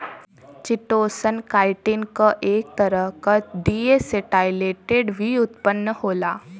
chitosan, chitin क एक तरह क डीएसेटाइलेटेड व्युत्पन्न होला